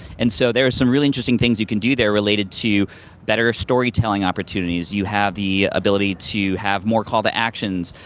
and so there's some really interesting things you can do there related to better storytelling opportunities. you have the ability to have more call to actions.